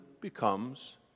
becomes